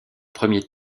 premier